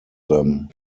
them